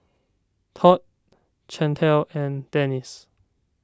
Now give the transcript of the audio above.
Todd Chantel and Denice